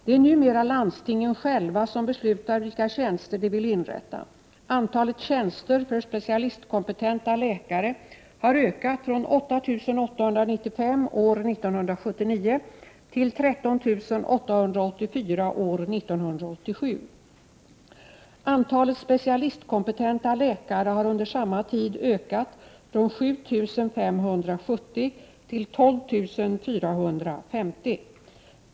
Det är numera landstingen själva som beslutar vilka tjänster de vill inrätta. Antalet tjänster för specialistkompetenta läkare har ökat från 8 895 år 1979 till 13 884 år 1987. Antalet specialistkompetenta läkare har under samma tid ökat från 7 570 till 12 450.